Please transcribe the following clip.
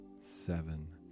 seven